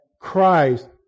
Christ